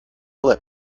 lip